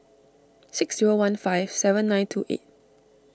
six zero one five seven nine two eight